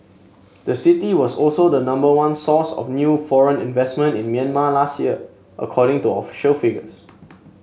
the city was also the number one source of new foreign investment in Myanmar last year according to official figures